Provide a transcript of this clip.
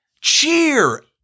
cheer